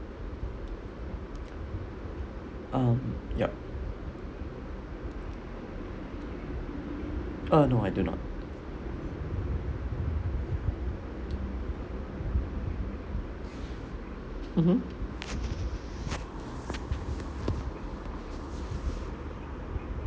um yup uh no I do not mmhmm